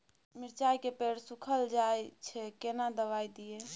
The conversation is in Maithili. मिर्चाय के पेड़ सुखल जाय छै केना दवाई दियै?